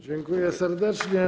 Dziękuję serdecznie.